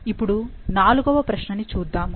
ఇప్పుడు నాలుగవ ప్రశ్న ని చూద్దాము